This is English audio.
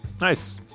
Nice